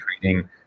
creating